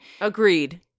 Agreed